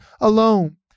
alone